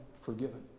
forgiven